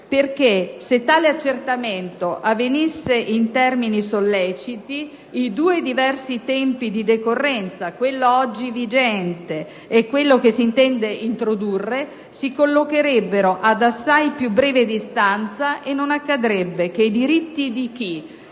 perché se tale accertamento avvenisse in termini solleciti i due diversi tempi di decorrenza, quello oggi vigente e quello che si intende introdurre, si collocherebbero ad assai più breve distanza e non accadrebbe che i diritti di chi